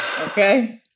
Okay